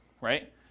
right